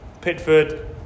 Pitford